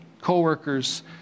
co-workers